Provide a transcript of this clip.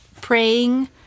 praying